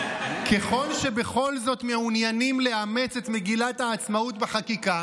ככל שבכל זאת מעוניינים לאמץ את מגילת העצמאות בחקיקה